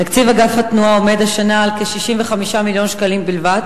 תקציב אגף התנועה עומד השנה על כ-65 מיליון שקלים בלבד,